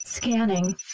Scanning